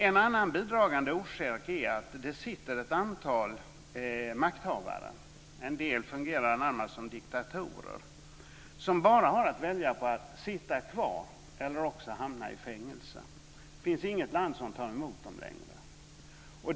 En annan bidragande orsak är att det finns ett antal makthavare - en del fungerar som diktatorer - som bara har att välja mellan att sitta kvar eller hamna i fängelse. Det finns inget land som tar emot dem längre.